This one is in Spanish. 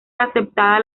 aceptada